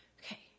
okay